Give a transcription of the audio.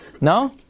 No